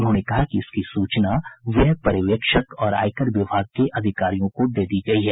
उन्होंने कहा कि इसकी सूचना व्यय पर्यवेक्षक और आयकर विभाग के अधिकारियों को दे दी गयी है